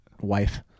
wife